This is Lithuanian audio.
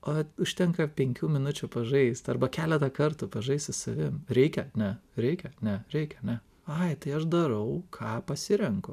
o užtenka penkių minučių pažaist arba keletą kartų pažaist su savim reikia ne reikia ne reikia ne ai tai aš darau ką pasirenku